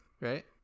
Right